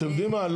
אתם יודעים מה?